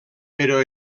però